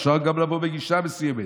אפשר גם לבוא בגישה מסוימת.